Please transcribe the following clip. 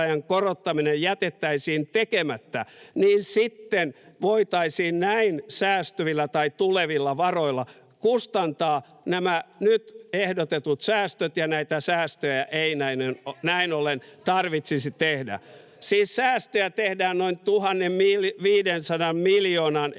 jätettäisiin tekemättä, niin sitten voitaisiin näin säästyvillä tai tulevilla varoilla kustantaa nämä nyt ehdotetut säästöt ja näitä säästöjä ei näin ollen tarvitsisi tehdä. [Veronika Honkasalo: Entä se 700 miljoonaa?] Siis